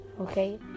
okay